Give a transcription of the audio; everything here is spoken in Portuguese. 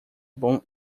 bom